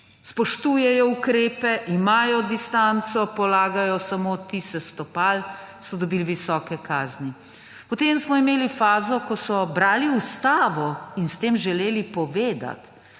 spoštujejo ukrepe, imajo distanco, polagajo samo odtise stopal, dobili pa so visoke kazni. Potem smo imeli fazo, ko so brali ustavo in s tem želeli povedati,